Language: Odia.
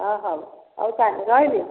ଅ ହଉ ହଉ ତାହାଲେ ରହିଲି